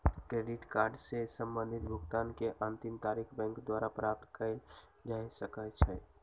credit card से संबंधित भुगतान के अंतिम तारिख बैंक द्वारा प्राप्त कयल जा सकइ छइ